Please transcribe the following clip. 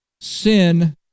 Sin